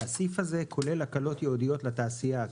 שהסעיף הזה כולל הקלות ייעודיות לתעשייה.